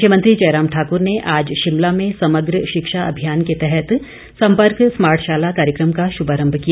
मुख्यमंत्री जयराम ठाकुर ने आज शिमला में समग्र शिक्षा अभियान के तहत सम्पर्क स्मार्टशाला कार्यक्रम का शुभारंभ किया